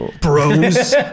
Bros